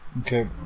Okay